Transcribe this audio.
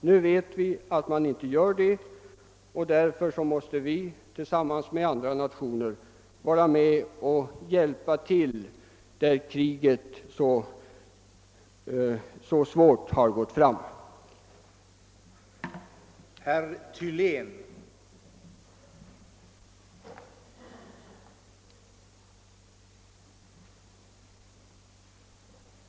Nu vet vi att man inte gör det, och därför måste vi tillsammans med andra nationer vara med om att hjälpa till där kriget har gått fram så svårt.